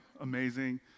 Amazing